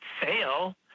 fail